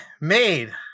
made